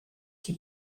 qui